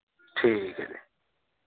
ठीक ऐ फ्ही